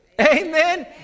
Amen